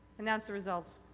announce the result.